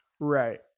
Right